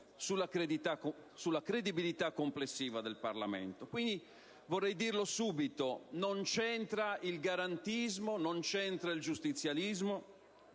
sulla credibilità complessiva del Parlamento. Quindi, vorrei dirlo subito: non c'entrano qui il garantismo o il giustizialismo